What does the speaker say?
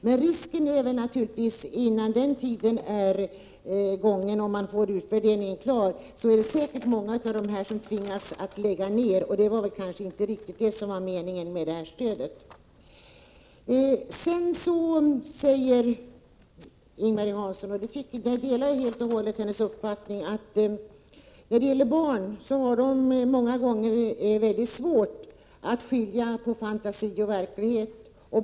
Men risken är naturligtvis att många, innan den tiden är gången och utvärderingen klar, säkert har tvingats lägga ned verksamheten. Det var kanske inte riktigt meningen med det här stödet. Jag delar helt och hållet Ing-Marie Hanssons uppfattning att barn många gånger har mycket svårt att skilja på fantasi och verklighet.